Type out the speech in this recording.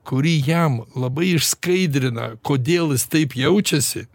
kuri jam labai išskaidrina kodėl jis taip jaučiasi